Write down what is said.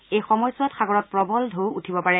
এই সময়চোৱাত সাগৰত প্ৰবল টৌ উঠিব পাৰে